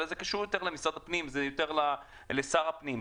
זה קשור יותר למשרד הפנים ולשר הפנים.